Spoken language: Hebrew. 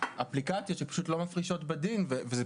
אפליקציות שפשוט לא מפרישות בדין וזה